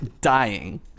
dying